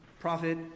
Prophet